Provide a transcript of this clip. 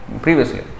previously